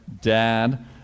dad